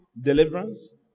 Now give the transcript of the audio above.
Deliverance